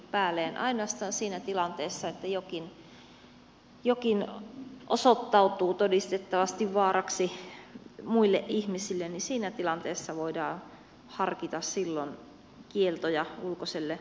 ainoastaan siinä tilanteessa että jokin osoittautuu todistettavasti vaaraksi muille ihmisille voidaan harkita kieltoja ulkoiselle pukeutumiselle